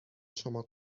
شما